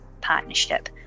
partnership